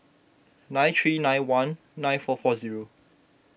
nine three nine one nine four four zero